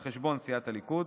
על חשבון סיעת הליכוד,